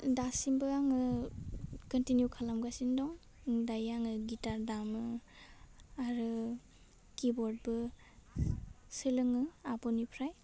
दासिमबो आङो खोनटिनिउ खालामगासिनो दं दायो आङो गिथार दामो आरो खिबर्दबो सोलोङो आब'निफ्राय